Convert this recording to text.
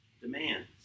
demands